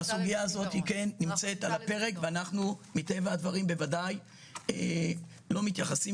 הסוגיה הזאת על הפרק ומטבע הדברים בוודאי לא מתייחסים